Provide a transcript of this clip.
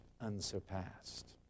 unsurpassed